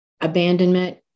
abandonment